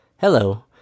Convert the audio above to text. Hello